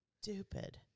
stupid